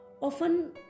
Often